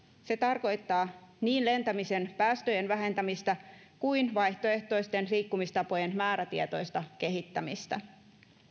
se tarkoittaa niin lentämisen päästöjen vähentämistä kuin vaihtoehtoisten liikkumistapojen määrätietoista kehittämistä